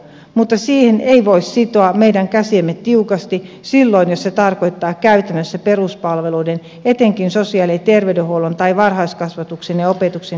mutta siihen ei voi sitoa meidän käsiämme tiukasti silloin jos se tarkoittaa käytännössä peruspalveluiden etenkin sosiaali ja terveydenhuollon tai varhaiskasvatuksen ja opetuksen heikentämistä